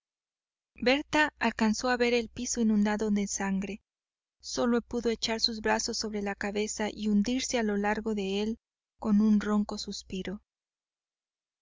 berta alcanzó a ver el piso inundado de sangre sólo pudo echar sus brazos sobre la cabeza y hundirse a lo largo de él con un ronco suspiro